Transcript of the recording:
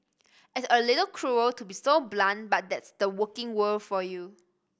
it's a little cruel to be so blunt but that's the working world for you